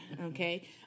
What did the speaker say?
Okay